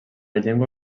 llengua